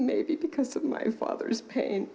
maybe because of my father's pain